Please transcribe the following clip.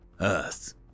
Earth